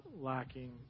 lacking